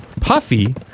Puffy